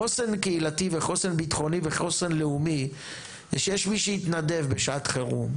חוסן קהילתי וחוסן בטחוני וחוסן לאומי זה שיש מי שיתנדב בשעת חירום,